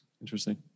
Interesting